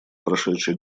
прошедший